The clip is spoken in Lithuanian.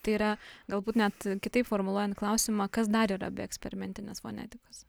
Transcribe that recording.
tai yra galbūt net kitaip formuluojant klausimą kas dar yra be eksperimentinės fonetikos